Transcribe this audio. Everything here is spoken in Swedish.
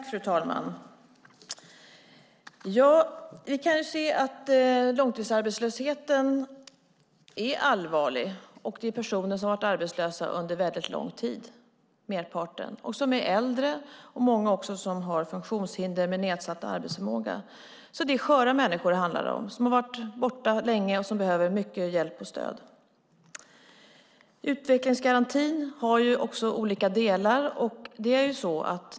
Fru talman! Vi kan se att långtidsarbetslösheten är allvarlig. Merparten är personer som har varit arbetslösa under väldigt lång tid. Många är äldre, och många har också funktionshinder och nedsatt arbetsförmåga. Det är alltså sköra människor det handlar om, som har varit borta länge och som behöver mycket hjälp och stöd. Utvecklingsgarantin har också olika delar.